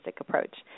Approach